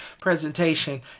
presentation